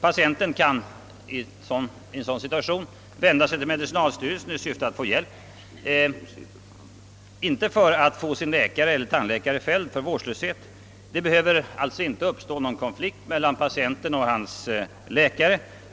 Patienten kan i ett sådant fall vända sig till medicinalstyrelsen i syfte att få hjälp, inte för att få sin läkare eller tandläkare fälld för vårdslöshet. Det behöver alltså inte uppstå någon konflikt mellan patienten och hans läkare.